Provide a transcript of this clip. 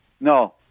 No